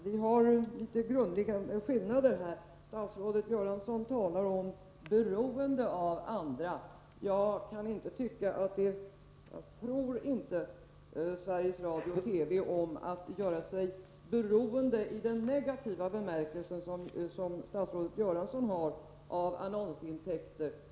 Herr talman! Vi har en del grundläggande skillnader här. Statsrådet Göransson talar om beroende av andra. Jag tror inte Sveriges Radio om att göra sig beroende, i den negativa bemärkelse som statsrådet Göransson lägger in i det ordet, av annonsintäkter.